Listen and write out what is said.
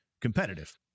competitive